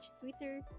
Twitter